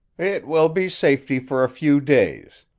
it will be safety for a few days.